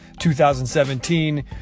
2017